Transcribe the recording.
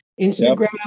Instagram